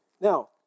Now